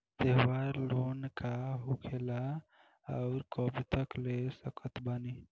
त्योहार लोन का होखेला आउर कब हम ले सकत बानी?